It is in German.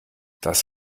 das